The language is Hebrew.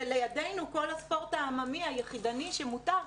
ולידנו כל הספורט העממי היחידני שמותר,